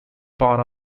part